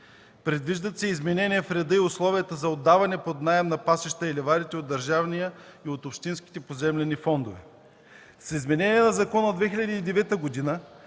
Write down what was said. Предвиждат се изменения в реда и условията за отдаване под наем на пасищата и ливадите от държавния и от общинските поземлени фондове. С изменението на закона от 2009 г.